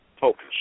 focus